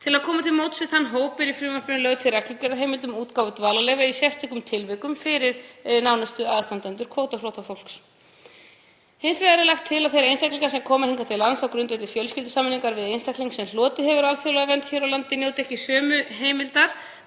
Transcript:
Til að koma til móts við þann hóp er í frumvarpinu lögð til reglugerðarheimild um útgáfu dvalarleyfa í sérstökum tilvikum fyrir nánustu aðstandendur kvótaflóttafólks. Hins vegar er lagt til að þeir einstaklingar sem koma hingað til lands á grundvelli fjölskyldusameiningar við einstakling sem hlotið hefur alþjóðlega vernd hér á landi njóti ekki sömu heimildar.